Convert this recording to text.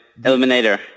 Eliminator